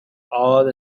awed